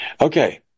Okay